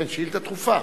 שאילתא דחופה